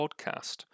podcast